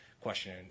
question